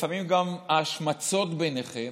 לפעמים גם ההשמצות ביניכם,